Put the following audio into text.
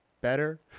better